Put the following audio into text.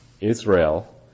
Israel